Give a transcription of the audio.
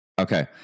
okay